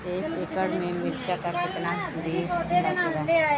एक एकड़ में मिर्चा का कितना बीज लागेला?